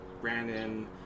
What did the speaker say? Brandon